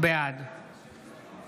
בעד